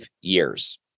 years